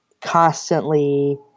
constantly